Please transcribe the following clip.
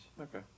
Okay